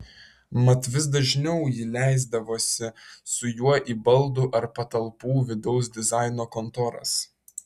mat vis dažniau ji leisdavosi su juo į baldų ar patalpų vidaus dizaino kontoras